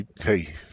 Hey